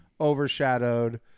overshadowed